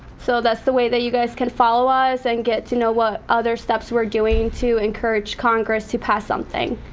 so that's the way that you guys can follow us and get to know what other steps we're doing to encourage congress to pass something.